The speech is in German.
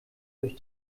durch